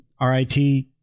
RIT